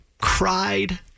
cried